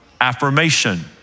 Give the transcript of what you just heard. affirmation